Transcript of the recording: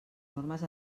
normes